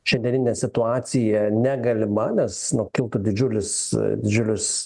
šiandieninę situaciją negalima nes nu kiltų didžiulius didžiulis